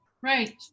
right